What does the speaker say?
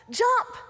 jump